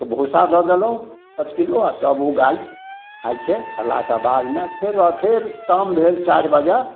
तैके भूसा दऽ देलहुँ पॉँच किलो आओर तब उ गाय खाइ छै खयलाके बादमे फेर र फेर शाम भेल चारि बजे